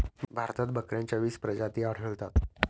भारतात बकऱ्यांच्या वीस प्रजाती आढळतात